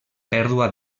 pèrdua